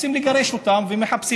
רוצים לגרש אותם ומחפשים,